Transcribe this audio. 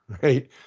right